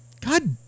God